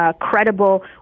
credible